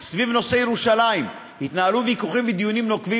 סביב נושא ירושלים התנהלו ויכוחים ודיונים נוקבים,